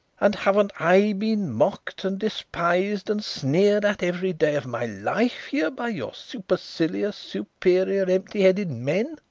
and haven't i been mocked and despised and sneered at every day of my life here by your supercilious, superior, empty-headed men?